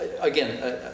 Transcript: again